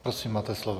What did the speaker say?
Prosím, máte slovo.